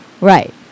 Right